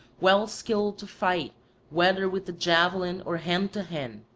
well skilled to fight whether with the javelin or hand to hand,